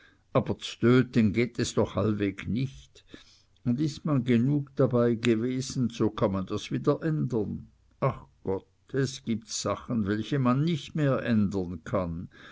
aber z'töten geht es doch allweg nicht und ist man genug dabei gewesen so kann man das wieder ändern ach gott es gibt sachen welche man nicht mehr ändern kann